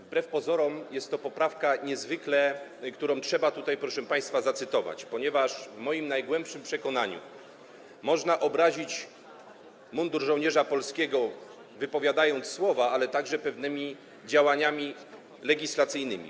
Wbrew pozorom jest to poprawka, którą trzeba tutaj, proszę państwa, zacytować, ponieważ w moim najgłębszym przekonaniu można obrazić mundur żołnierza polskiego, wypowiadając słowa, ale także pewnymi działaniami legislacyjnymi.